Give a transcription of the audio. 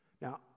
Now